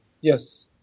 Yes